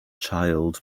child